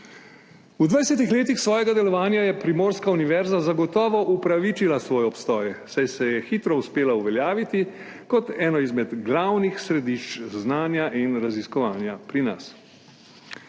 V 20. letih svojega delovanja je Primorska univerza zagotovo upravičila svoj obstoj, saj se je hitro uspela uveljaviti kot eno izmed glavnih središč znanja in raziskovanja pri nas.